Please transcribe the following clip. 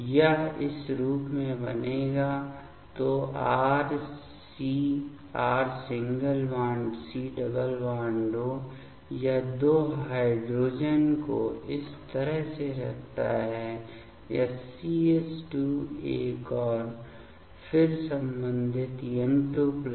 यह इस रूप में बनेगा तो R CO यह 2 हाइड्रोजन को इस तरह से रखता है यह CH2 एक और फिर संबंधित N2 प्लस